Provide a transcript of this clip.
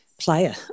player